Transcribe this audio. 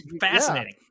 Fascinating